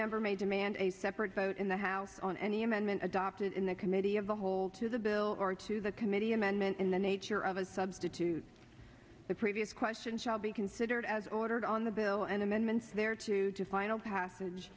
member made mand a separate vote in the house on any amendment adopted in the committee of the whole to the bill or to the committee amendment in the nature of a substitute the previous question shall be considered as ordered on the bill and amendments there to final passage